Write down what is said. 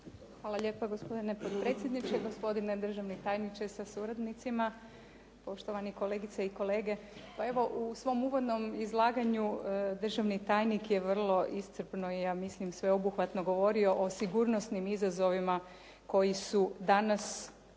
Hvala lijepa gospodine potpredsjedniče. Gospodine državni tajniče sa suradnicima, poštovane kolegice i kolege. Pa evo u svom uvodnom izlaganju državni tajnik je vrlo iscrpno i ja mislim sveobuhvatno govorio o sigurnosnim izazovima koji su danas veći